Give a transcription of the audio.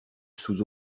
sous